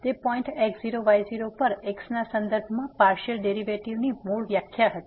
તે point x0 y0પર x ના સંદર્ભમાં પાર્સીઅલ ડેરીવેટીવની મૂળ વ્યાખ્યા હતી